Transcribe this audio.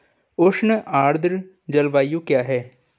उष्ण आर्द्र जलवायु क्या है?